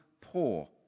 poor